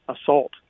assault